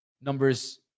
numbers